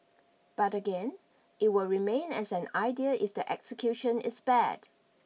but again it will remain as an idea if the execution is bad